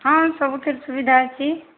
ହଁ ସବୁଥିରେ ସୁବିଧା ଅଛି